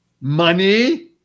money